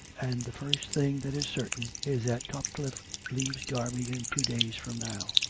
and the first thing that is certain is that topcliffe leaves derby in two days from now.